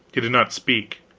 he did not speak